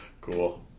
Cool